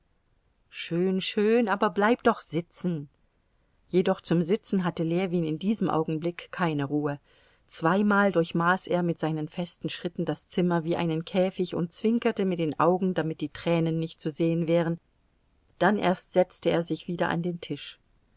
schön schön aber bleib doch sitzen jedoch zum sitzen hatte ljewin in diesem augenblick keine ruhe zweimal durchmaß er mit seinen festen schritten das zimmer wie einen käfig und zwinkerte mit den augen damit die tränen nicht zu sehen wären dann erst setzte er sich wieder an den tisch